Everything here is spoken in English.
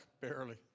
barely